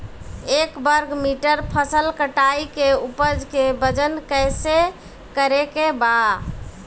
एक वर्ग मीटर फसल कटाई के उपज के वजन कैसे करे के बा?